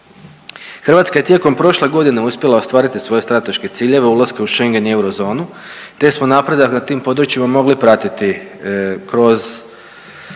Hrvatska je tijekom prošle godine uspjela ostvariti svoje strateške ciljeve ulaska u Schengen i eurozonu te smo napredak na tim područjima mogli pratiti kroz